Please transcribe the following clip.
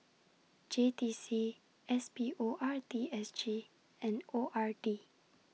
J T C S P O R T S G and O R D